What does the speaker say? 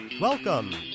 Welcome